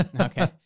Okay